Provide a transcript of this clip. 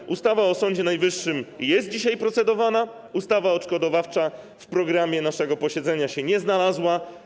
Nad ustawą o Sądzie Najwyższym dzisiaj procedujemy, a ustawa odszkodowawcza w programie naszego posiedzenia się nie znalazła.